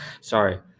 Sorry